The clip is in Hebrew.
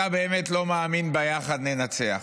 אתה באמת לא מאמין ב"יחד ננצח".